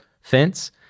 fence